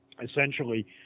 Essentially